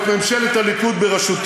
חבר הכנסת רוזנטל, פעם שנייה.